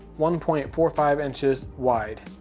one point four five inches wide,